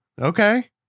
Okay